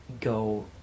go